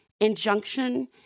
injunction